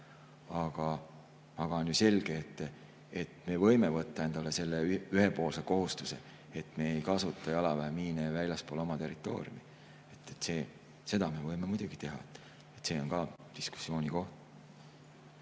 Aga on ju selge, et me võime võtta endale selle ühepoolse kohustuse, et me ei kasuta jalaväemiine väljaspool oma territooriumi. Seda me võime muidugi teha, see on ka diskussiooni koht.